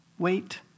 Wait